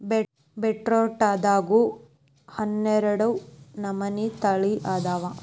ಬೇಟ್ರೂಟದಾಗು ಹನ್ನಾಡ ನಮನಿ ತಳಿ ಅದಾವ